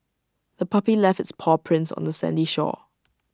the puppy left its paw prints on the sandy shore